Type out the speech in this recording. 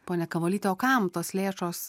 ponia kavolyte o kam tos lėšos